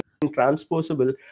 transposable